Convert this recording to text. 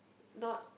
not